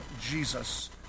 Jesus